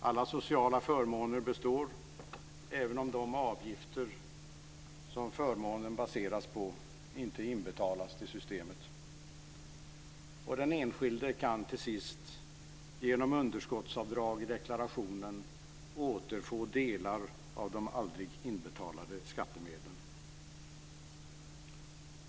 Alla sociala förmåner består, även om de avgifter som förmånen baseras på inte inbetalas till systemet, och den enskilde kan till sist, genom underskottsavdrag i deklarationen, återfå delar av de aldrig inbetalade skattemedlen.